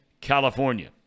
California